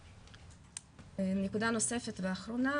נקודה נוספת ואחרונה,